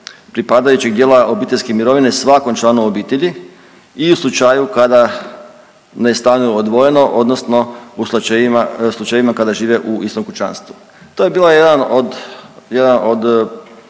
pripadajućeg dijela obiteljske mirovine svakom članu obitelji i u slučaju kada ne stanuju odvojeno, odnosno u slučajevima kada žive u istom kućanstvu. To je bio jedan od,